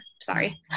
Sorry